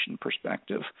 perspective